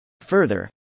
Further